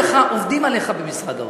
אמרתי לך: עובדים עליך במשרד האוצר.